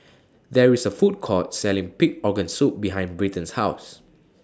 There IS A Food Court Selling Pig Organ Soup behind Britton's House